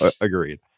Agreed